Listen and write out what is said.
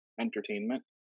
entertainment